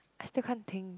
I still can't think